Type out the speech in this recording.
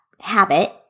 habit